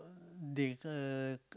they uh